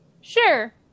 sure